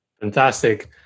Fantastic